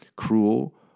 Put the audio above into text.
cruel